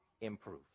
improve